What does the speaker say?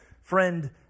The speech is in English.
friend